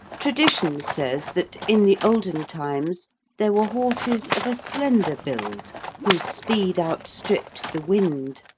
tradition says that in the olden times there were horses of a slender build whose speed outstripped the wind,